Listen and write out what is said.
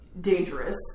dangerous